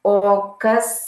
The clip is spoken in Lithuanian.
o kas